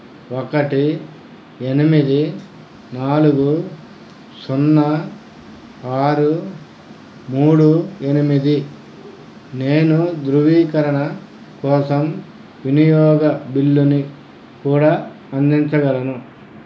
ఒకటి ఎనిమిది నాలుగు సున్నా ఆరు మూడు ఎనిమిది నేను ధృవీకరణ కోసం వినియోగ బిల్లుని కూడా అందించగలను